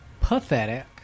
pathetic